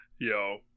Yo